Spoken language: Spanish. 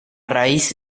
raíz